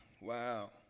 Wow